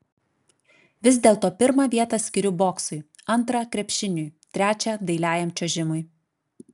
vis dėlto pirmą vietą skiriu boksui antrą krepšiniui trečią dailiajam čiuožimui